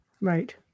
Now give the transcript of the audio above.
Right